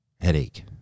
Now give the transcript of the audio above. headache